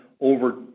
over